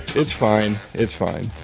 it's fine. it's fine.